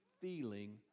feeling